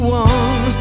one